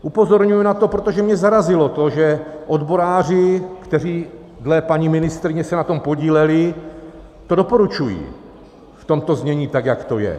Upozorňuji na to, protože mě zarazilo to, že odboráři, kteří dle paní ministryně se na tom podíleli, to doporučují v tomto znění, tak jak to je.